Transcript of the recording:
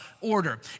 order